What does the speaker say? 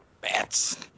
Bats